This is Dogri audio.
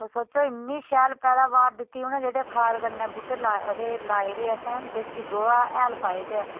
ते सोचो इन्नी शैल पैदावार दित्ती उनें जेह्ड़े खाद कन्नै बूह्टे हे लाए दे असें देसी गोहा हैल पाए दे